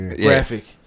graphic